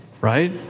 right